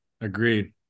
Agreed